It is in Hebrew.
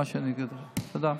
תודה.